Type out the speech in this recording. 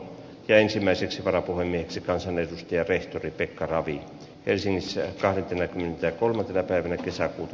ensimmäiseksi varapuhemieheksi kansanedustaja rehtori pekka ravi helsingissä lähettimet ja kolmantena päivänä kesäkuuta